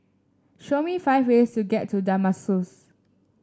show me five ways to get to Damascus